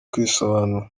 kwisobanura